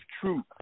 truth